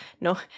No